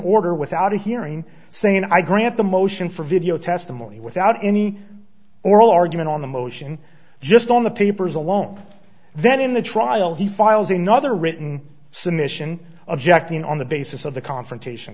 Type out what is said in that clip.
order without a hearing saying i grant the motion for video testimony without any oral argument on the motion just on the papers alone then in the trial he files another written submission objecting on the basis of the confrontation